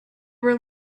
were